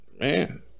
man